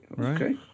Okay